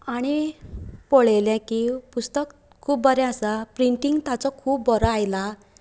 आनी पळयले की पुस्तक खूब बरें आसा प्रिंटींग ताचो खूब बरो आयला